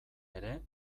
ere